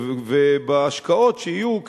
להשקעות שיהיו,